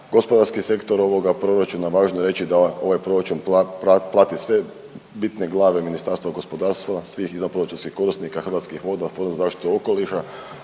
gospodarski sektor ovoga proračuna, važno je reći da ovaj proračun prati sve bitne glave Ministarstva gospodarstva, svih zapravo …/Govornik se ne razumije./… korisnika, Hrvatskih voda, Fonda za zaštitu okoliša.